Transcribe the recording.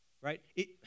right